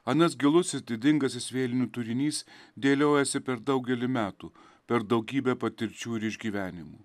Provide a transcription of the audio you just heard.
anas gilusis didingasis vėlinių turinys dėliojasi per daugelį metų per daugybę patirčių ir išgyvenimų